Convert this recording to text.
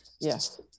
Yes